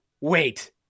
Wait